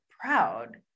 proud